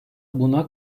buna